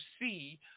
see